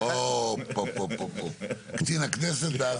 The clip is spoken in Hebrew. אוה, קצין הכנסת.